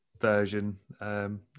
version